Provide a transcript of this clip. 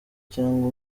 cyangwa